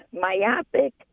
myopic